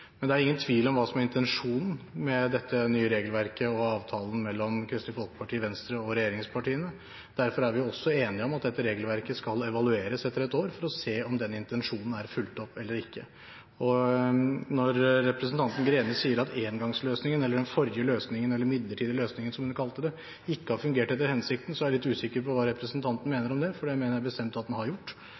Men det er ingen tvil om hva som er intensjonen med dette nye regelverket og avtalen mellom Kristelig Folkeparti, Venstre og regjeringspartiene. Derfor er vi også enige om at dette regelverket skal evalueres etter ett år, for å se om den intensjonen er fulgt opp eller ikke. Når representanten Greni sier at engangsløsningen eller den forrige løsningen eller den midlertidige løsningen, som hun kalte det, ikke har fungert etter hensikten, er jeg litt usikker på hva representanten mener med det, for det mener jeg bestemt at den har gjort.